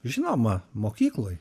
žinoma mokykloj